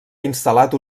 instal·lat